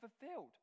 fulfilled